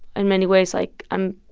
in many ways, like, i'm